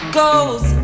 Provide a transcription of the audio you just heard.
goes